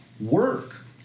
work